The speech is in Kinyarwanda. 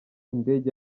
indege